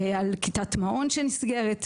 על כיתת מעון שנסגרת,